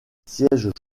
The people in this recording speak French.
sièges